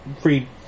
free